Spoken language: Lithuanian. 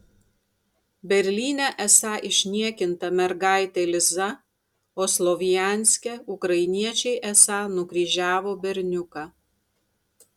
berlyne esą išniekinta mergaitė liza o slovjanske ukrainiečiai esą nukryžiavo berniuką